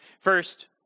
First